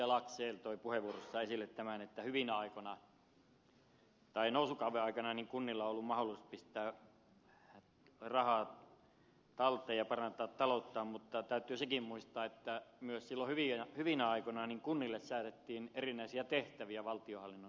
laxell toi puheenvuorossaan esille tämän että nousukauden aikana kunnilla on ollut mahdollisuus pistää rahaa talteen ja parantaa talouttaan mutta täytyy sekin muistaa että silloin hyvinä aikoina kunnille säädettiin myös erinäisiä tehtäviä valtionhallinnon suunnalta